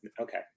Okay